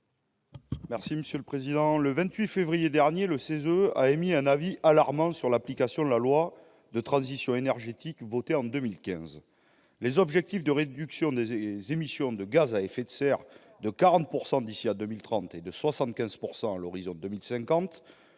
M. Fabien Gay. Le 28 février dernier, le CESE a rendu un avis alarmant sur l'application de la loi relative à la transition énergétique votée en 2015. Les objectifs de réduction des émissions de gaz à effet de serre de 40 % d'ici à 2030 et de 75 % à l'horizon de 2050